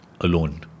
Alone